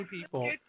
people